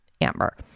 Amber